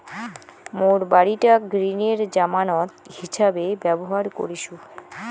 মুই মোর বাড়িটাক ঋণের জামানত হিছাবে ব্যবহার করিসু